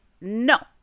no